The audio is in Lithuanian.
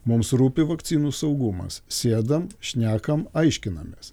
mums rūpi vakcinų saugumas sėdam šnekam aiškinamės